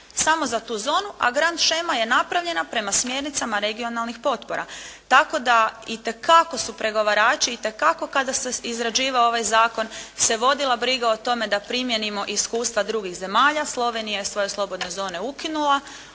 Samo za tu zonu, a grand shema je napravljena prema smjernicama regionalnih potpora. Tako da itekako su pregovarači, itekako kada se izrađivao ovaj zakon se vodila briga o tome da primijenimo iskustva drugih zemalja, Slovenija je svoje slobodne zone ukinula,